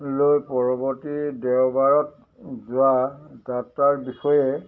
লৈ পৰৱৰ্তী দেওবাৰত হোৱা যাত্ৰাৰ বিষয়ে